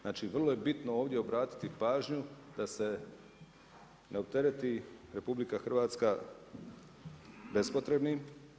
Znači vrlo je bitno ovdje obratiti pažnju da se ne optereti RH, bespotrebnim.